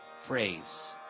phrase